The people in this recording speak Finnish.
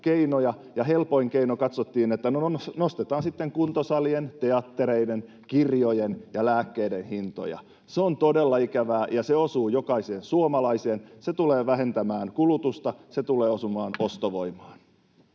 keinoksi katsottiin, että nostetaan sitten kuntosalien, teattereiden, kirjojen ja lääkkeiden hintoja. Se on todella ikävää, ja se osuu jokaiseen suomalaiseen. Se tulee vähentämään kulutusta. Se tulee osumaan ostovoimaan.